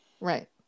right